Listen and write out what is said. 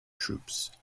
troops